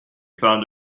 found